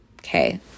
Okay